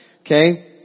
okay